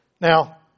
Now